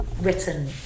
written